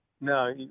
No